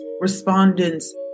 respondents